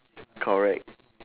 correct